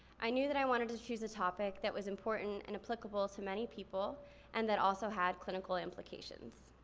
i knew that i wanted to choose a topic that was important and applicable to many people and that also had clinical implications.